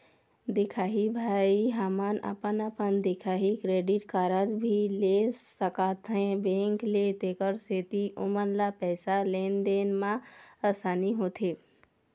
दिखाही भाई हमन अपन अपन दिखाही क्रेडिट कारड भी ले सकाथे बैंक से तेकर सेंथी ओमन ला पैसा लेन देन मा आसानी होथे?